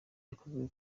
yakozwe